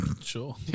Sure